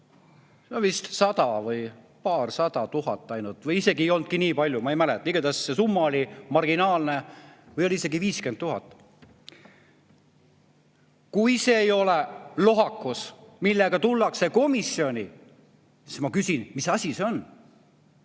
oli] vist sada või paarsada tuhat ainult või isegi ei olnud nii palju, ma ei mäleta, igatahes see summa oli marginaalne, vist isegi 50 000. Kui see ei ole lohakus, millega tullakse komisjoni, siis ma küsin: mis asi see on?